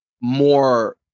more